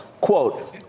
Quote